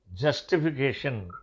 Justification